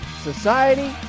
society